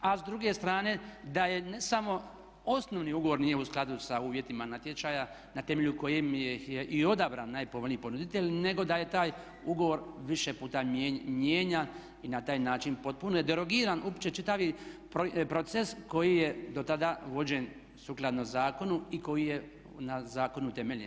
A s druge strane da je ne samo osnovni ugovor nije u skladu sa uvjetima natječaja ne temelju kojih je i odabran najpovoljniji ponuditelj nego da je taj ugovor više puta mijenjan i na taj način potpuno je derogiran uopće čitavi proces koji je dotada vođen sukladno zakonu i koji je na zakonu utemeljen.